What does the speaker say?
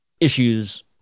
issues